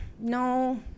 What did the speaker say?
No